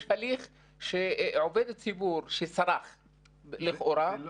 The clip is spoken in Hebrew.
יש הליך שעובד ציבור שסרח לכאורה,